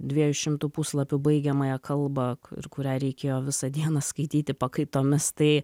dviejų šimtų puslapių baigiamąją kalbą ir kurią reikėjo visą dieną skaityti pakaitomis tai